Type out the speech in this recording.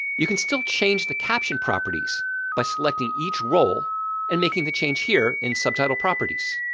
you can still change the caption properties by selecting each role and making the change here in subtitle properties.